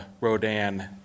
Rodan